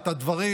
את הדברים,